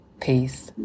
Peace